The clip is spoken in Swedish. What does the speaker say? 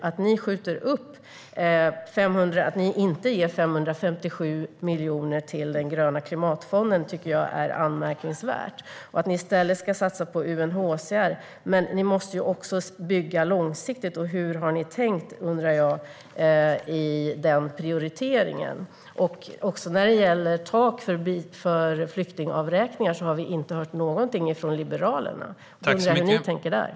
Det är anmärkningsvärt att ni inte ger 557 miljoner till den gröna klimatfonden. Ni ska i stället satsa på UNHCR. Men ni måste också bygga långsiktigt. Hur har ni tänkt i fråga om den prioriteringen? Vi har inte heller hört någonting från Liberalerna när det gäller ett tak för flyktingavräkningar. Hur tänker ni där?